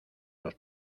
los